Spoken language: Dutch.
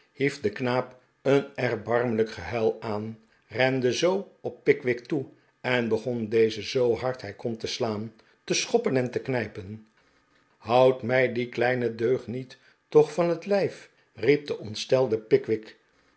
hief de knaap een erbarmelijk gehuil aan rende op pickwick toe en begon dezen zoo hard hij kon te slaan te schoppen en te knijpen houdt mij dien kleinen deugniet toch van het lijf riep de ontstelde pickwick